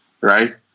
right